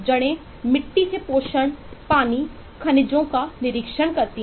जड़ें मिट्टी से पोषण पानी खनिजों का निरीक्षण करती हैं